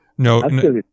No